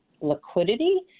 liquidity